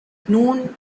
noon